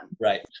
Right